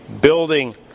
building